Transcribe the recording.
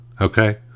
Okay